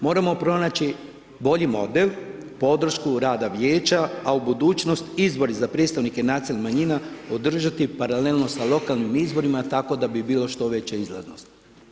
Moramo pronaći bolji model, podršku rada vijeća a u budućnost izbori za predstavnike nacionalnih manjina održati paralelno sa lokalnim izborima tako da bi bilo što veća izlaznost.